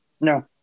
No